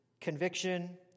conviction